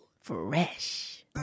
Fresh